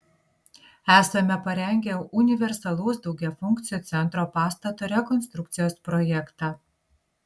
esame parengę universalaus daugiafunkcio centro pastato rekonstrukcijos projektą